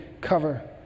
cover